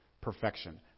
perfection